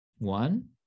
one